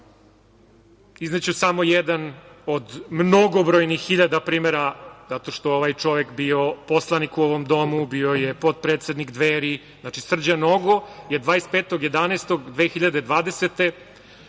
Izneću samo jedan od mnogobrojnih hiljada primera, zato što je ovaj čovek bio poslanik u ovom domu, bio je potpredsednik Dveri. Znači, Srđan Nogo je 25.11.2020.